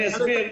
אסביר.